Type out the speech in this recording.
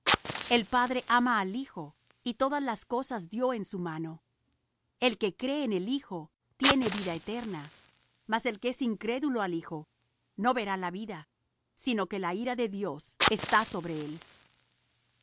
el padre ama al hijo y todas las cosas dió en su mano el que cree en el hijo tiene vida eterna mas el que es incrédulo al hijo no verá la vida sino que la ira de dios está sobre él